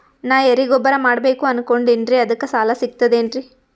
ನಾ ಎರಿಗೊಬ್ಬರ ಮಾಡಬೇಕು ಅನಕೊಂಡಿನ್ರಿ ಅದಕ ಸಾಲಾ ಸಿಗ್ತದೇನ್ರಿ?